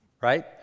Right